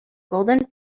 golden